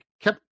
kept